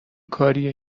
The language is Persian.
کاریه